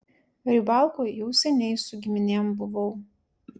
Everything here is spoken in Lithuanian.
rybalkoj jau seniai su giminėm buvau